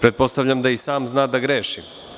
pretpostavljam da i sam zna da greši.